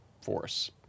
force